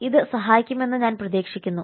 ഇത് സഹായിക്കുമെന്ന് ഞാൻ പ്രതീക്ഷിക്കുന്നു